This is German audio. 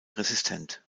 resistent